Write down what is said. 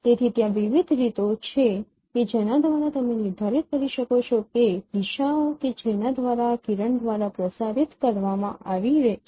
તેથી ત્યાં વિવિધ રીતો છે કે જેના દ્વારા તમે નિર્ધારિત કરી શકો છો કે દિશાઓ કે જેના દ્વારા આ કિરણ દ્વારા પ્રસારિત કરવામાં આવી છે